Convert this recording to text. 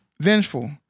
Vengeful